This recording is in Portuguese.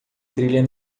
trilha